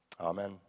Amen